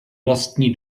vlastní